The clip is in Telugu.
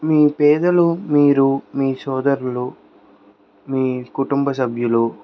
మీ పేదలు మీరు మీ సోదరులు మీ కుటుంబ సభ్యులు